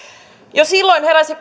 jo silloin heräsi